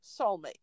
soulmate